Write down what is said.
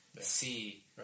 See